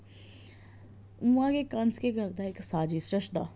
उ'आं गै कंस केह् करदा कि इक साजिश रचदा